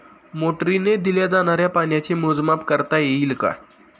मोटरीने दिल्या जाणाऱ्या पाण्याचे मोजमाप करता येईल का?